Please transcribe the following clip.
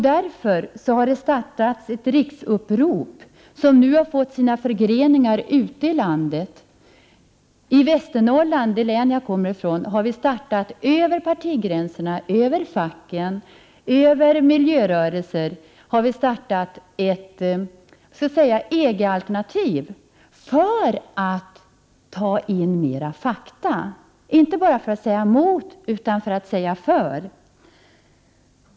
Det har startats ett riksupprop som nu fått förgreningar ute i landet. I Västernorrland, det län jag kommer ifrån, har vi börjat arbeta för att över partigränserna och mellan fackföreningarna och miljörörelserna ta in mer fakta till ett EG-alternativ. Detta sker inte bara för att vi skall kunna vara emot, utan också för att vi skall kunna vara för någonting.